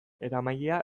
eramailea